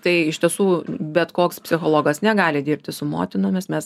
tai iš tiesų bet koks psichologas negali dirbti su motinomis mes